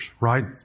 right